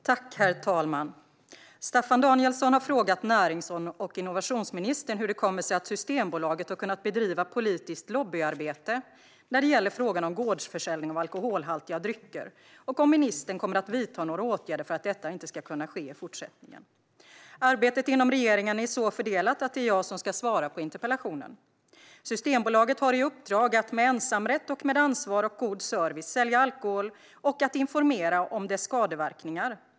Svar på interpellation Herr talman! Staffan Danielsson har frågat närings och innovationsministern hur det kommer sig att Systembolaget har kunnat bedriva politiskt lobbyarbete när det gäller frågan om gårdsförsäljning av alkoholhaltiga drycker och om ministern kommer att vidta några åtgärder för att detta inte ska kunna ske i fortsättningen. Arbetet inom regeringen är så fördelat att det är jag som ska svara på interpellationen. Systembolaget har i uppdrag att med ensamrätt, och med ansvar och god service, sälja alkohol och att informera om dess skadeverkningar.